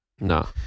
No